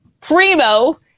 primo